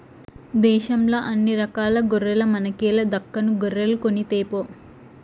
దేశంల అన్ని రకాల గొర్రెల మనకేల దక్కను గొర్రెలు కొనితేపో